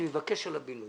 אני מבקש על הבינוי.